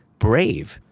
brave,